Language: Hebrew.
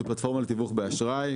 זו פלטפורמה לתיווך באשראי,